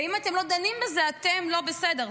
ואם אתם לא דנים בזה, אתם לא בסדר.